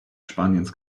spaniens